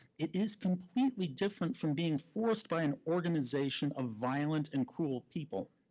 it is completely different from being forced by an organization of violent and cruel people.